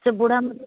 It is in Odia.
ସେ ବୁଢ଼ା ଆମକୁ